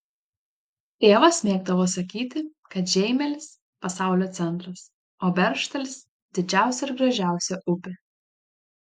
tėvas mėgdavo sakyti kad žeimelis pasaulio centras o beržtalis didžiausia ir gražiausia upė